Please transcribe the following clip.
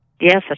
Yes